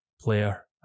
player